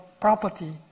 property